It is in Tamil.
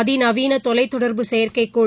அதிநவீனதொலைத்தொடர்பு செயற்கைக்கோள்